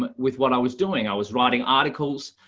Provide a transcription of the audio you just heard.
um with what i was doing, i was writing articles,